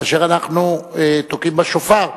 כאשר אנחנו תוקעים בשופר,